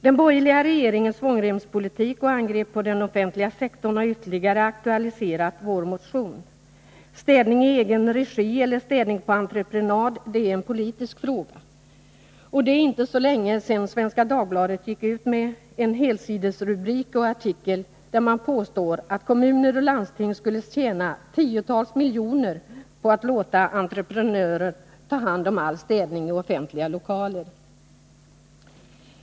Den borgerliga regeringens svångremspolitik och angrepp på den offentliga sektorn har ytterligare aktualiserat vår motion. Städning i egen regi eller städning på entreprenad är en politisk fråga. Och det är inte så länge sedan Svenska Dagbladet gick ut med en helsidesrubrik och en artikel där man påstår att kommuner och landsting skulle tjäna tiotals miljoner på att låta entreprenörer ta hand om all städning i offentliga lokaler.